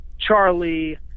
Charlie